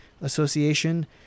Association